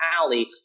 alley